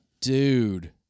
Dude